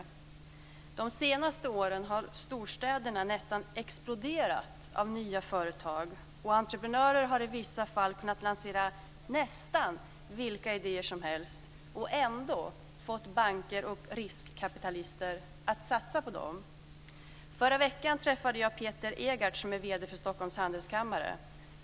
Under de senaste åren har storstäderna nästan exploderat av nya företag, och entreprenörer har i vissa fall kunnat lansera nästan vilka idéer som helst och ändå fått banker och riskkapitalister att satsa på dem. Förra veckan träffade jag Peter Egardt som är vd för Stockholms Handelskammare.